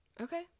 Okay